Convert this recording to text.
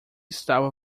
estava